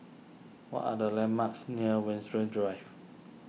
what are the landmarks near Winstedt Drive